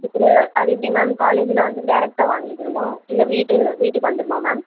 அதுக்குள்ளே அது எப்படி மேம் காலேஜில் வந்து டேரக்ட்டாக வாங்கிக்கணுமா இல்லை வீட்டு வீட்டுக்கு வந்துரும்மா மேம்